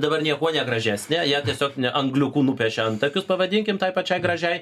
dabar niekuo negražesnė ją tiesiog ne angliuku nupiešė antakius pavadinkim tai pačiai gražiai